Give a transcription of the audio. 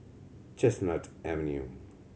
Chestnut Avenue